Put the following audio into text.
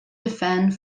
defend